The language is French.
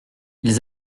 ils